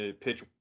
pitch